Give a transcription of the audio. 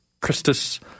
Christus